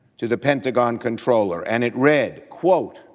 to the pentagon comptroller and it read, quote,